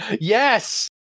yes